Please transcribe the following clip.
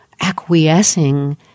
acquiescing